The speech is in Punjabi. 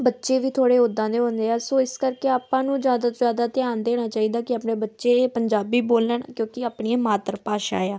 ਬੱਚੇ ਵੀ ਥੋੜ੍ਹੇ ਉੱਦਾਂ ਦੇ ਹੁੰਦੇ ਆ ਸੋ ਇਸ ਕਰਕੇ ਆਪਾਂ ਨੂੰ ਜ਼ਿਆਦਾ ਤੋਂ ਜ਼ਿਆਦਾ ਧਿਆਨ ਦੇਣਾ ਚਾਹੀਦਾ ਕਿ ਆਪਣੇ ਬੱਚੇ ਇਹ ਪੰਜਾਬੀ ਬੋਲਣ ਕਿਉਂਕਿ ਆਪਣੀ ਇਹ ਮਾਤਰ ਭਾਸ਼ਾ ਆ